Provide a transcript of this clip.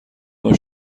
نوع